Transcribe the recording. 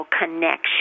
connection